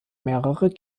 mehrere